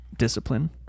Discipline